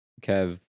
Kev